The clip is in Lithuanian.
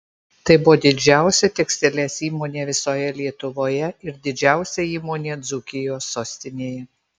tai buvo didžiausia tekstilės įmonė visoje lietuvoje ir didžiausia įmonė dzūkijos sostinėje